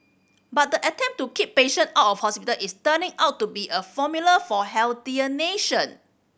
but the attempt to keep patient out of hospital is turning out to be a formula for healthier nation